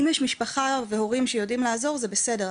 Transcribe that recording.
אם יש משפחה והורים שיודעים לעזור, זה בסדר.